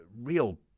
real